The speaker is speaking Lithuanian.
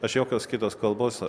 aš jokios kitos kalbos